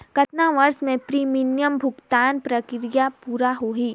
कतना वर्ष मे प्रीमियम भुगतान प्रक्रिया पूरा होही?